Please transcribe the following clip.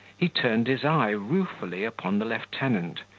he turned his eye ruefully upon the lieutenant,